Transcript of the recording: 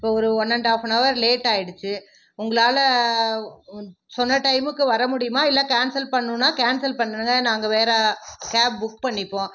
ஒரு one and half an hour லேட்டாகிடுச்சி உங்களால் சொன்ன டைமுக்கு வர முடியுமா இல்லை கேன்சல் பண்ணுன்னால் கேன்சல் பண்ணுங்க நாங்கள் வேறே கேப் புக் பண்ணிப்போம்